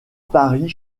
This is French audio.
paris